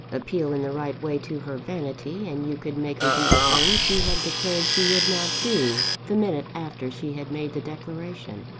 appeal in the right way to her vanity, and you could make her do the thing she had declared she would not do, the minute after she had made the declaration.